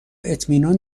اطمینان